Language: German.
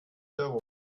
herum